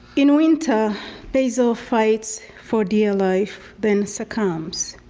in winter basil fights for dear life then succumbs.